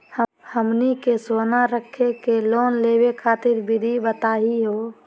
हमनी के सोना रखी के लोन लेवे खातीर विधि बताही हो?